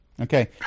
okay